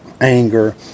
anger